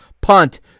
punt